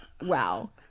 wow